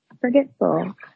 forgetful